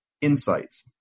insights